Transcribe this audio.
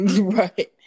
Right